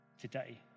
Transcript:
today